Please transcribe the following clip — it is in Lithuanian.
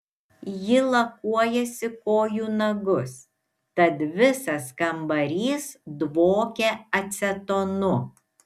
ji lakuojasi kojų nagus tad visas kambarys dvokia acetonu